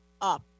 up